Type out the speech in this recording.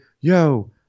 yo